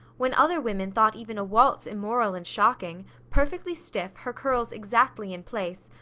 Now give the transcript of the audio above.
when other women thought even a waltz immoral and shocking perfectly stiff, her curls exactly in place,